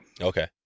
Okay